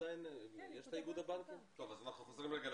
איגוד הבנקים ב-זום.